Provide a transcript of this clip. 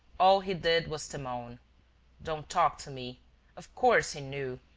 all he did was to moan don't talk to me of course he knew.